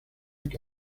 que